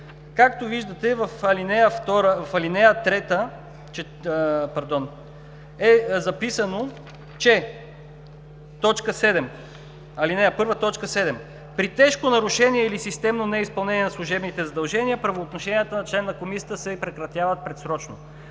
Както виждате, в ал. 3 е записано, че –ал. 1, т. 7 „При тежко нарушение или системно неизпълнение на служебните задължения, правоотношенията на член на комисията се прекратяват предсрочно“.